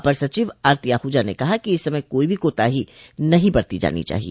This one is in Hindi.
अपर सचिव आरती आहजा ने कहा कि इस समय कोई भी कोताही नहीं बरती जानी चाहिए